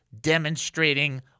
demonstrating